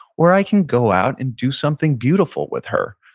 or i can go out and do something beautiful with her.